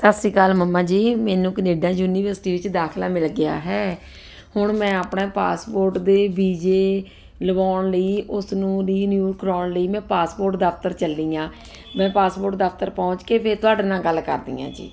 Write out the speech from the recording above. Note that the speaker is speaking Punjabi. ਸਤਿ ਸ਼੍ਰੀ ਅਕਾਲ ਮੰਮਾ ਜੀ ਮੈਨੂੰ ਕਨੇਡਾ ਯੂਨੀਵਰਸਿਟੀ 'ਚ ਦਾਖਲਾ ਮਿਲ ਗਿਆ ਹੈ ਹੁਣ ਮੈਂ ਆਪਣਾ ਪਾਸਪੋਰਟ ਦੇ ਵੀਜੇ ਲਵਾਉਣ ਲਈ ਉਸਨੂੰ ਰੀਨਿਊ ਕਰਵਾਉਣ ਲਈ ਮੈਂ ਪਾਸਪੋਰਟ ਦਫ਼ਤਰ ਚੱਲੀ ਹਾਂ ਮੈਂ ਪਾਸਪੋਰਟ ਦਫ਼ਤਰ ਪਹੁੰਚ ਕੇ ਫਿਰ ਤੁਹਾਡੇ ਨਾਲ ਗੱਲ ਕਰਦੀ ਹਾਂ ਜੀ